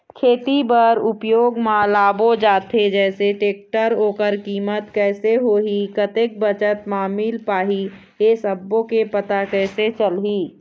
खेती बर उपयोग मा लाबो जाथे जैसे टेक्टर ओकर कीमत कैसे होही कतेक बचत मा मिल पाही ये सब्बो के पता कैसे चलही?